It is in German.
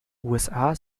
usa